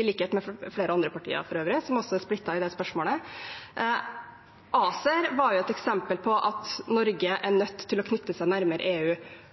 i likhet med flere andre partier for øvrig, som også er splittet i det spørsmålet. ACER var et eksempel på at Norge er nødt til å knytte seg nærmere EU